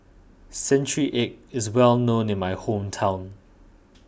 Century Egg is well known in my hometown